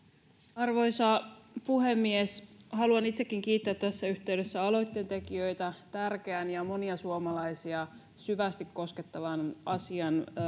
arvoisa puhemies haluan itsekin kiittää tässä yhteydessä aloitteentekijöitä tärkeän ja monia suomalaisia syvästi koskettavan asian